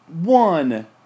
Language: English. One